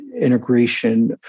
integration